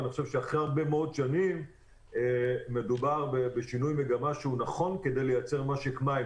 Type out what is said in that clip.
אחרי הרבה מאוד שנים מדובר בשינוי מגמה נכון כדי לייצר משק מים